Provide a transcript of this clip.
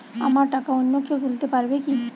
আমার টাকা অন্য কেউ তুলতে পারবে কি?